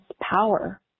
power